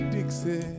Dixie